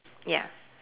ya